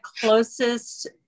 closest